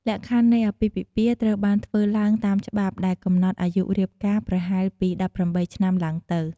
លក្ខខណ្ឌនៃអាពាហ៍ពិពាហ៍ត្រូវបានធ្វើឡើងតាមច្បាប់ ដែលកំណត់អាយុរៀបការប្រហែលពី ១៨ ឆ្នាំឡើងទៅ។